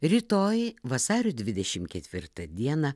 rytoj vasario dvidešimt ketvirtą dieną